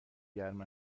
گرم